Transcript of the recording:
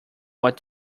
what